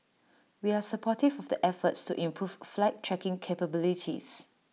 we are supportive of the efforts to improve flight tracking capabilities